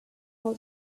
all